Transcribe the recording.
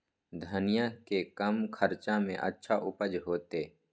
धनिया के कम खर्चा में अच्छा उपज होते?